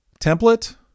template